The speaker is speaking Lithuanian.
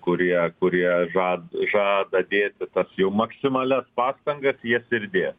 kurie kurie ža žada dėti tas jau maksimalias pastangas jas ir dė